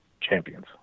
champions